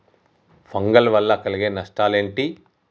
Fungal వల్ల కలిగే నష్టలేంటి?